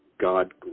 God